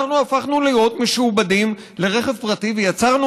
אנחנו הפכנו להיות משועבדים לרכב פרטי ויצרנו